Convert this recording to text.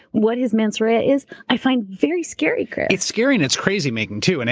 what his mens rea is, i find very scary, chris. it's scary and it's crazy making too. and